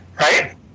right